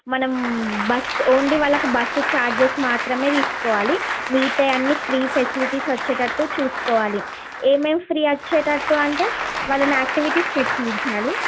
మనం bus only వాళ్ళకు bus charges మాత్రమే తీస్కోవాలి మిగతావన్నీ ఫ్రీ ఫెసిలిటీస్ వచ్చేటట్టు చూస్కోవాలి ఏం ఏం ఫ్రీ వచ్చేటట్టు అంటే వాళ్ళని యాక్టివిటీస్ పెట్టించాలి